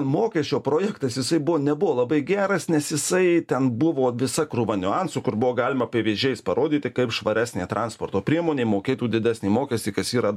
mokesčio projektas jisai buvo nebuvo labai geras nes jisai ten buvo visa krūva niuansų kur buvo galima pavyzdžiais parodyti kaip švaresnė transporto priemonė mokėtų didesnį mokestį kas yra